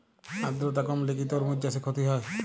আদ্রর্তা কমলে কি তরমুজ চাষে ক্ষতি হয়?